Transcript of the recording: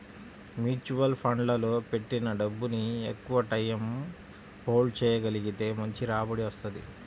mutual ఫండ్లలో పెట్టిన డబ్బుని ఎక్కువటైయ్యం హోల్డ్ చెయ్యగలిగితే మంచి రాబడి వత్తది